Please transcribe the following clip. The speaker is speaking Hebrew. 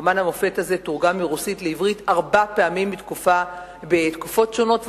רומן המופת הזה תורגם מרוסית לעברית ארבע פעמים בתקופות שונות,